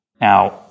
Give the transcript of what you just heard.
Now